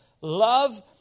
Love